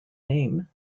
name